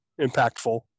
impactful